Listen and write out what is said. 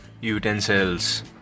utensils